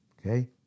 okay